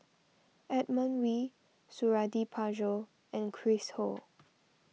Edmund Wee Suradi Parjo and Chris Ho